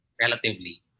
relatively